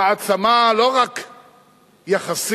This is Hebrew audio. מעצמה לא רק יחסית,